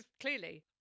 clearly